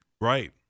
Right